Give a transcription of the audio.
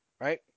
Right